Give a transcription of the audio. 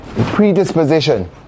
predisposition